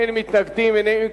אין מתנגדים, אין נמנעים.